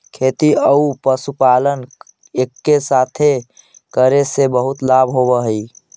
खेती आउ पशुपालन एके साथे करे से बहुत लाभ होब हई